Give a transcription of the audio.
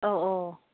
अ' अ'